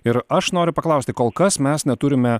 ir aš noriu paklausti kol kas mes neturime